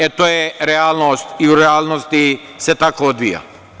E, to je realnost i u realnosti se tako odvija.